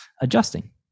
adjusting